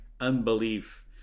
unbelief